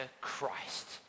Christ